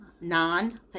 non